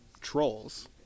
trolls